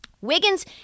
Wiggins